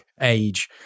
age